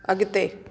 अॻिते